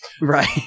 Right